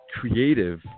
creative